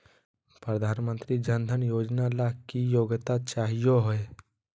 प्रधानमंत्री जन धन योजना ला की योग्यता चाहियो हे?